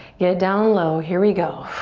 get down low, here we go.